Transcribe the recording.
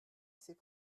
c’est